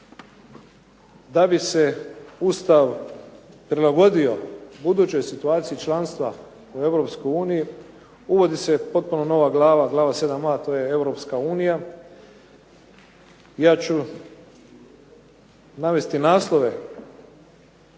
da bi se Ustav prilagodio budućoj situaciji članstva u Europskoj uniji uvodi se potpuno nova glava, glava 7A to je Europska unija, ja ću navesti naslove